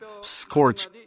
scorch